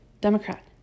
Democrat